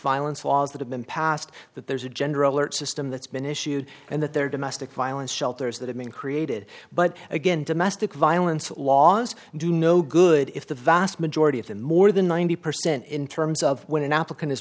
violence laws that have been passed that there's a gender alert system that's been issued and that there domestic violence shelters that have been created but again domestic violence laws do no good if the vast majority of them more than ninety percent in terms of when an applicant is